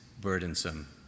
burdensome